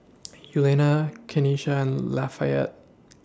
Eulalia Kanesha and Lafayette